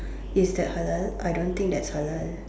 is that halal I don't think that's halal